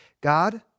God